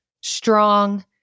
strong